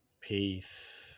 Peace